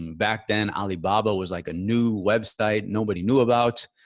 um back then, alibaba was like a new website nobody knew about.